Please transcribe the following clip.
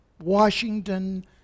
washington